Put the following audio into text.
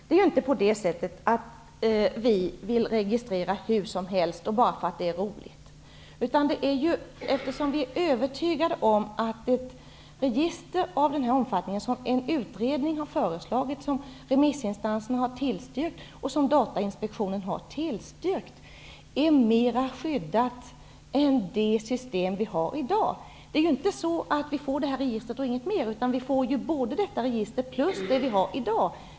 Vi vill inte registera hur som helst bara därför att det är roligt. Vi är övertygade om att ett register av denna omfattning -- vilket utredningen har föreslagit och remissinstanserna och Datainspektionen har tillstyrkt -- är mer skyddat än det system vi har i dag. Vi får inte enbart detta register och ingenting mer. Vi får både detta register och det vi har i dag.